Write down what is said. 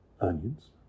Onions